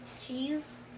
Cheese